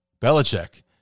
Belichick